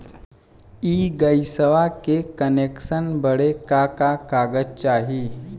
इ गइसवा के कनेक्सन बड़े का का कागज चाही?